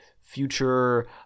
future